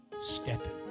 stepping